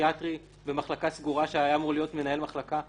פסיכיאטרי במחלקה סגורה שהיה אמור להיות מנהל מחלקה,